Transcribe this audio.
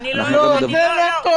אני מבקשת שתחדד